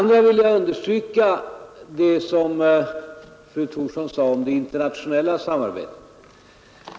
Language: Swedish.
Vidare vill jag understryka det som fru Thorsson sade om det internationella samarbetet.